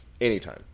Anytime